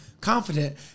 confident